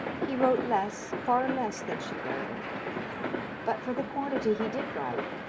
he wrote less, far less than schubert wrote but, for the quantity he did write,